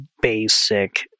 basic